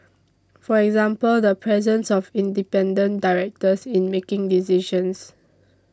for example the presence of independent directors in making decisions